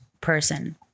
person